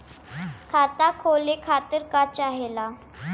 खाता खोले खातीर का चाहे ला?